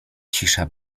cisza